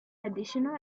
additional